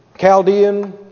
Chaldean